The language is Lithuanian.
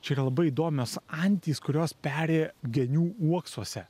čia yra labai įdomios antys kurios peri genių uoksuose